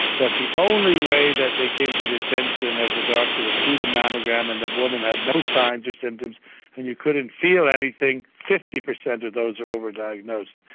that the only way that they came to the attention of the doctor was through the mammogram and the woman had no signs or symptoms and you couldn't feel anything, fifty percent of those are over-diagnosed.